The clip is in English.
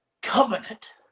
covenant